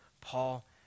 Paul